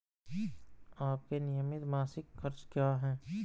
आपके नियमित मासिक खर्च क्या हैं?